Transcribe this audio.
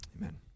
amen